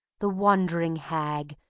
the wandering hag,